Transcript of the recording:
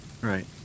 Right